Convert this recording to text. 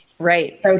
Right